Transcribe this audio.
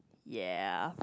ya